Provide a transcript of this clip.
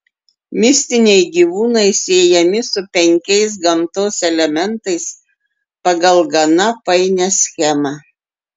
mistiniai gyvūnai siejami su penkiais gamtos elementais pagal gana painią schemą